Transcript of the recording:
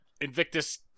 Invictus